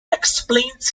explains